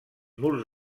murs